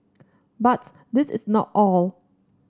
but this is not all